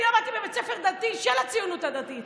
אני למדתי בבית ספר דתי של הציונות הדתית.